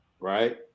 right